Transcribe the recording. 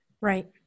Right